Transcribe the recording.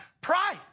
Pride